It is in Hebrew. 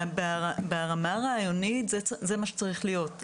ברמה הרעיונית זה מה שצריך להיות.